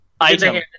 Item